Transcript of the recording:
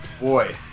boy